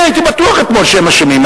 אתמול הייתי בטוח שהם אשמים.